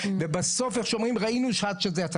ובסוף ראינו עד שזה יצא.